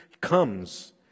comes